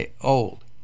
old